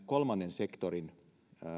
kolmannen sektorin